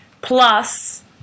plus